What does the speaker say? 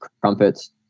crumpets